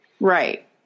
Right